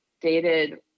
dated